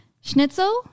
schnitzel